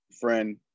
friend